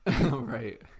Right